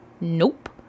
Nope